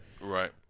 Right